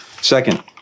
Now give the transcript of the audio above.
Second